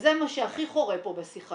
וזה מה שהכי חורה פה בשיחה.